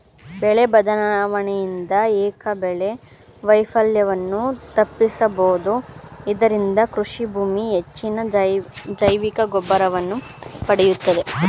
ಬೆಳೆ ಬದಲಾವಣೆಯಿಂದ ಏಕಬೆಳೆ ವೈಫಲ್ಯವನ್ನು ತಪ್ಪಿಸಬೋದು ಇದರಿಂದ ಕೃಷಿಭೂಮಿ ಹೆಚ್ಚಿನ ಜೈವಿಕಗೊಬ್ಬರವನ್ನು ಪಡೆಯುತ್ತದೆ